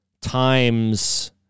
times